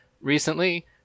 recently